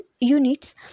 units